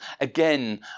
Again